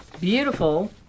beautiful